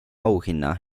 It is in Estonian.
auhinna